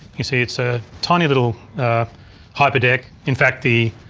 you see it's a tiny little hyperdeck. in fact the